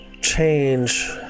change